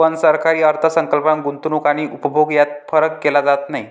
पण सरकारी अर्थ संकल्पात गुंतवणूक आणि उपभोग यात फरक केला जात नाही